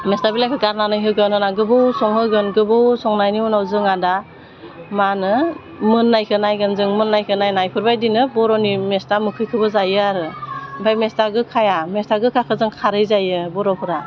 मेस्था बिलाइखौ गारनानै होगोन होनानै गोबाव संहोगोन गोबाव संनायनि उनाव जोंहा दा मा होनो मोन्नायखौ नायगो जों मोन्नायखौ नायना बेफोरबायदिनो बर'नि मेस्था मोखैखौबो जायो आरो ओमफाय मेस्था गोखाया मेस्था गोखाखौ जों खारै जायो बर'फोरा